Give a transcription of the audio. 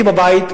הייתי בבית,